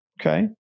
Okay